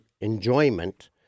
enjoyment